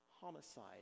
homicide